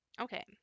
Okay